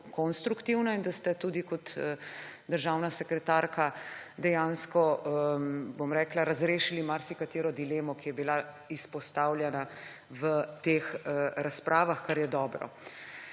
konstruktivna in da ste kot državna sekretarka dejansko, bom rekla, razrešili marsikatero dilemo, ki je bila izpostavljena v teh razpravah, kar je dobro.